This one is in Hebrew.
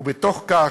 ובתוך כך,